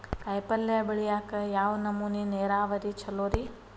ಕಾಯಿಪಲ್ಯ ಬೆಳಿಯಾಕ ಯಾವ್ ನಮೂನಿ ನೇರಾವರಿ ಛಲೋ ರಿ?